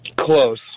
close